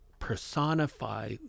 personify